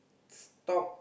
stop